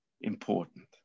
important